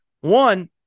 One